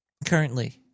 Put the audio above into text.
Currently